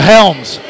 Helms